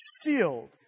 sealed